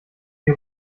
die